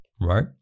right